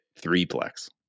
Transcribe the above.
threeplex